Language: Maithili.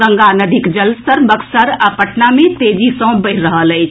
गंगा नदीक जलस्तर बक्सर आ पटना मे तेजी सॅ बढ़ि रहल अछि